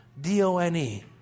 D-O-N-E